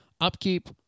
upkeep